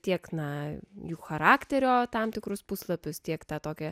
tiek na jų charakterio tam tikrus puslapius tiek tą tokią